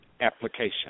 application